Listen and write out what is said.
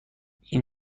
این